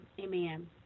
Amen